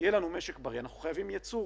יהיה לנו משק בריא אנחנו חייבים ייצור,